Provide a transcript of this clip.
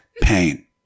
pain